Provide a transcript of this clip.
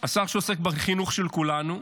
השר שעוסק בחינוך של כולנו: